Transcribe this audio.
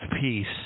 peace